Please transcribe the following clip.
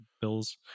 bills